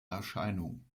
erscheinung